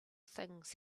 things